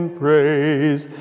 praise